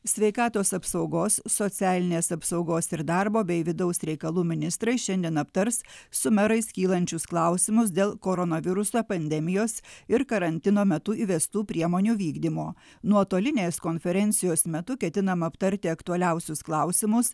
sveikatos apsaugos socialinės apsaugos ir darbo bei vidaus reikalų ministrai šiandien aptars su merais kylančius klausimus dėl koronaviruso pandemijos ir karantino metu įvestų priemonių vykdymo nuotolinės konferencijos metu ketinama aptarti aktualiausius klausimus